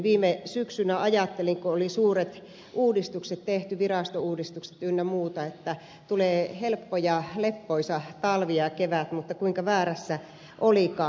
viime syksynä ajattelin kun oli suuret uudistukset tehty virastouudistukset ynnä muuta että tulee helppo ja leppoisa talvi ja kevät mutta kuinka väärässä olinkaan